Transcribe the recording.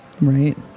right